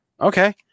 okay